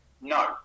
no